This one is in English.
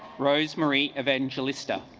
rosemarie evangelista